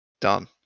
Done